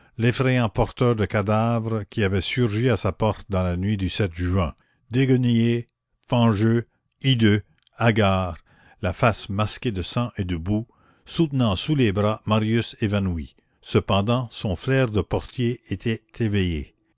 l'effrayant porteur de cadavre qui avait surgi à sa porte dans la nuit du juin déguenillé fangeux hideux hagard la face masquée de sang et de boue soutenant sous les bras marius évanoui cependant son flair de portier était éveillé